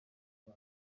iyo